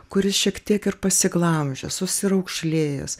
kuris šiek tiek ir pasiglamžęs susiraukšlėjęs